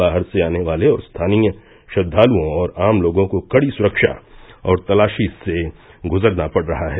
बाहर से आने वाले और स्थानीय श्रद्दालुओं और आम लोगों को कड़ी सुरक्षा और तलाषी से गुजरना पड़ रहा है